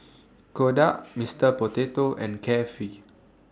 Kodak Mister Potato and Carefree